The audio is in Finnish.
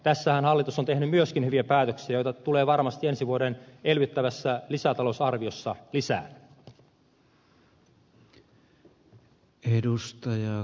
tässähän hallitus on tehnyt myöskin hyviä päätöksiä joita tulee varmasti ensi vuoden elvyttävässä lisätalousarviossa lisää